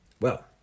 Well